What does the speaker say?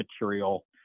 material